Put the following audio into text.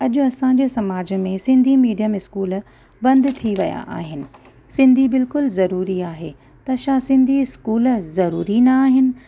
अॼु असांजे समाज में सिंधी मिडियम स्कूल बंदि थी विया आहिनि सिंधी बिल्कुलु ज़रूरी आहे त छा सिंधी स्कूल ज़रूरी न आहिनि